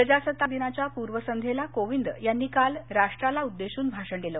प्रजासत्ताक दिनाच्या पूर्वसंध्येला कोविंद यांनी काल राष्ट्राला उद्देशून भाषण केलं